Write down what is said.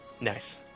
Nice